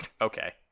Okay